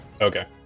Okay